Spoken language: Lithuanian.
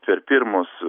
per pirmus